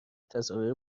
تصاویر